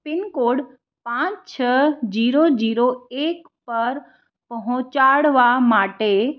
pin code પાંચ છ zero zero એક પર પહોંચાડવા માટે